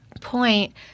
point